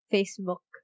Facebook